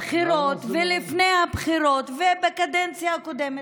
בבחירות ולפני הבחירות ובקדנציה הקודמת,